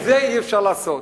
את זה אי-אפשר לעשות.